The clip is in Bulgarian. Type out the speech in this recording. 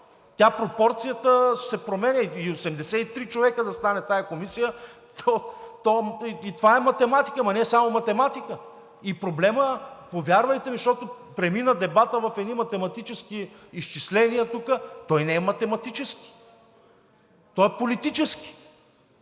Пропорцията се променя. И 83 човека да стане тази Комисия – това е математика, ама не е само математика! И проблемът, повярвайте ми, защото дебатът премина в едни математически изчисления тук, не е математически, той е политически,